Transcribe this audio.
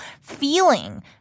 feeling